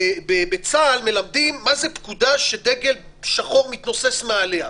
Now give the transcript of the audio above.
בצה"ל מלמדים מה זה פקודה שדגל שחור מתנוסס מעליה.